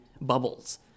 bubbles